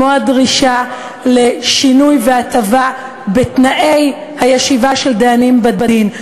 כמו הדרישה לשינוי והטבה בתנאי הישיבה של דיינים בדין,